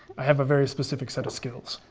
i have a very specific set of skills.